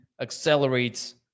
accelerates